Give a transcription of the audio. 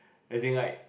as in like